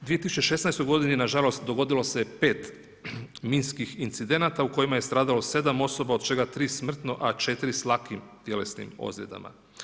I u 2016. godini, na žalost, dogodilo se 5 minskih incidenata u kojima je stradalo 7 osoba, od čega 3 smrtno, a 4 s lakim tjelesnim ozljedama.